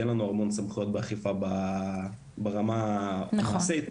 כי אין לנו המון סמכויות באכיפה ברמה הארצית --- נכון,